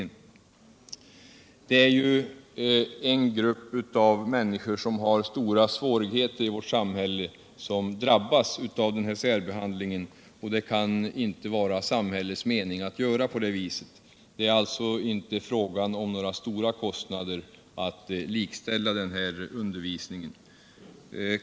Handikappade och invandrare är ju grupper av människor som har stora svårigheter i vårt samhälle, men de drabbas nu av särbehandlingen. Det kan väl inte vara samhällets mening att det är riktigt att göra på det viset? Det är alltså inte fråga om några stora kostnader för att likställa denna undervisning.